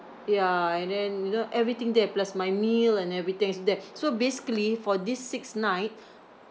ya and then you know everything there plus my meal and everythings there so basically for these six night